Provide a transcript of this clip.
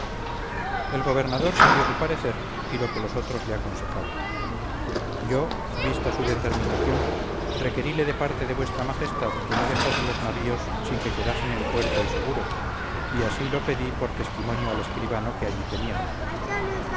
el gobernador siguió su parecer y lo que los otros le aconsejaban yo vista su determinación requeríle de parte de vuestra majestad que no dejase los navíos sin que quedasen en puerto y seguros y así lo pedí por testimonio al escribano que allí teníamos